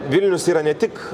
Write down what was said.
vilnius yra ne tik